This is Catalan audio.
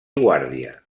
guàrdia